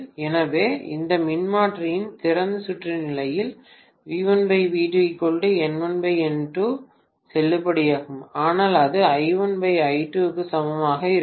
எனவே எந்த மின்மாற்றியின் திறந்த சுற்று நிலையில் செல்லுபடியாகும் ஆனால் அது க்கு சமமாக இருக்காது